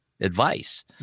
advice